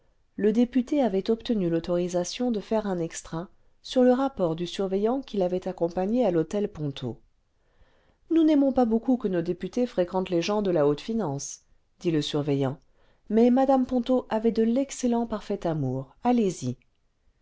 le député avait obtenu l'autorisation cle faire un extra sur le rapport du surveillant qui l'avait accompagné à l'hôtel ponto nous n'aimons pas beaucoup que nos députés fréquentent les gens de la haute finance dit le surveillant mais mme ponto avait de l'excellent parfait amour allez-y